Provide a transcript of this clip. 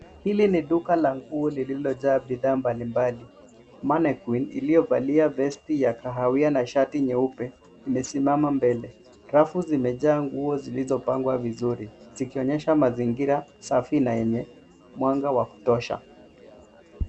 Hili ni duka la nguo lililojaa bidhaa mbalimbali. Manequinn iliyovalia vesti ya kahawia na shati nyeupe imesimama mbele. Rafu zimejaa nguo zilizopangwa vizuri zikionyesha mazingira safi na yenye mwanga wa kutosha.